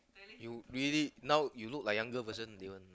you really now you look like younger version Davian